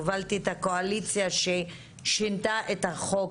הובלתי את הקואליציה ששינתה את החוק